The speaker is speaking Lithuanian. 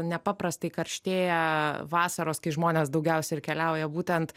nepaprastai karštėja vasaros kai žmonės daugiausia ir keliauja būtent